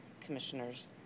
commissioners